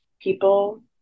people